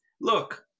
Look